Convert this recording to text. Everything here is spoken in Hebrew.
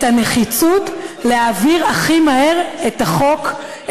את הנחיצות של העברה הכי מהירה של החוק,